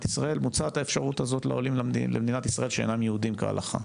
ישראל מוצעת האפשרות הזאת לעולים למדינת ישראל שאינם יהודים כהלכה.